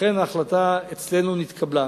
ההחלטה אצלנו התקבלה.